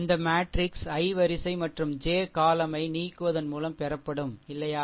அந்த matrix i வரிசை மற்றும் j column யை நீக்குவதன் மூலம் பெறப்படும் இல்லையா